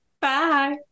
Bye